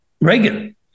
reagan